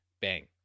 bang